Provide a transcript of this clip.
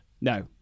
No